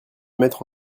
mettre